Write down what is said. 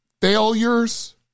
failures